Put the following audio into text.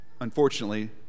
unfortunately